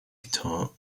guitar